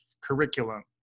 curriculum